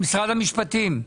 משרד המשפטים.